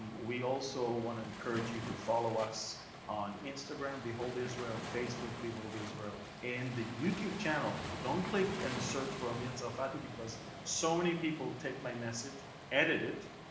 we also want to encourage you to follow us on instagram behold israel, facebook behold israel, and the youtube channel. don't click and search for amir tsarfati, because so many people take my message, edit it,